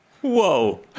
Whoa